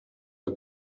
for